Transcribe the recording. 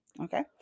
Okay